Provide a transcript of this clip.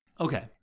Okay